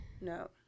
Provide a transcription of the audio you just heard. No